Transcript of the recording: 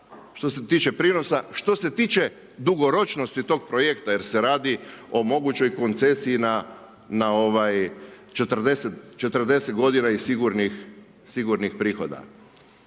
što se tiče prinosa, što se tiče dugoročnosti tog projekta jer se radi o mogućoj koncesiji na 40 godina i sigurnih prihoda.